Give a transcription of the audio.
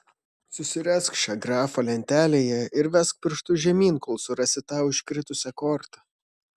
susirask šią grafą lentelėje ir vesk pirštu žemyn kol surasi tau iškritusią kortą